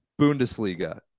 Bundesliga